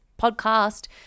podcast